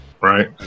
right